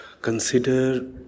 consider